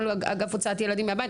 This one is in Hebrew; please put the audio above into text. כל אגף הוצאת ילדים מהבית.